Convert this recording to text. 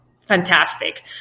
fantastic